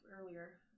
earlier